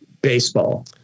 Baseball